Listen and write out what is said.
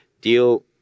deal